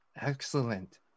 Excellent